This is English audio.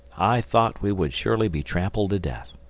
i thought we would surely be trampled to death.